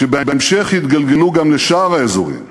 "שבהמשך יתגלגלו גם לשאר האזורים,